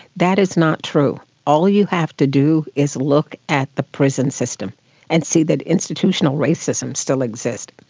that is not true. all you have to do is look at the prison system and see that institutional racism still exists.